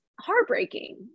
heartbreaking